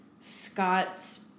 Scott's